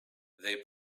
they